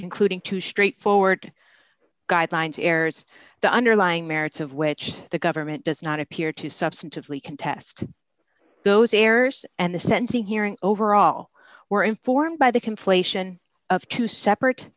including two straight forward guidelines errors the underlying merits of which the government does not appear to substantively contest those errors and the sentencing hearing overall were informed by the conflation of two separate